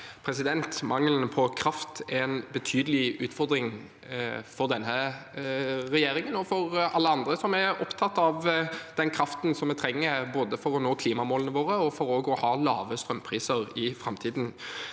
Mangelen på kraft er en betydelig utfordring for denne regjeringen og for alle andre som er opptatt av den kraften vi trenger, både for å nå klimamålene våre og for å ha lave strømpriser i framtiden.